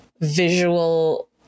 visual